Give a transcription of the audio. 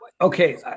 okay